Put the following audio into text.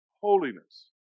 holiness